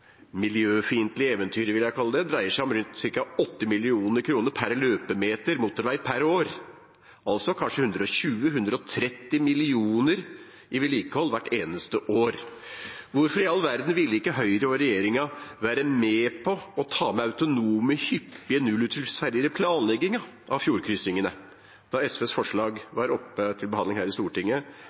miljøfiendtlige eventyret, som jeg vil kalle det, dreier seg om rundt 8 mill. kr per løpekilometer motorvei per år – altså kanskje 120–130 mill. kr i vedlikehold hvert eneste år. Hvorfor i all verden ville ikke Høyre og regjeringen være med på å ta med autonome, hyppige nullutslippsferjer i planleggingen av fjordkryssingene da SVs forslag var oppe til behandling her i Stortinget